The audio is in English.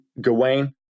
Gawain